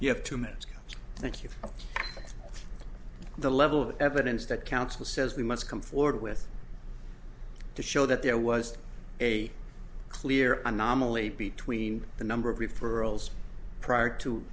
have two minutes thank you for the level of evidence that counsel says we must come forward with to show that there was a clear anomaly between the number of referrals prior to